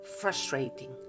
frustrating